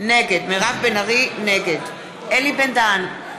נגד אלי בן-דהן,